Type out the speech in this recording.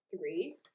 three